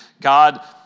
God